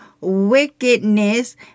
wickedness